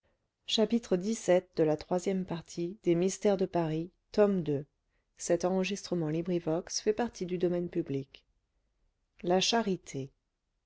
de la cire